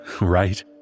right